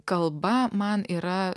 kalba man yra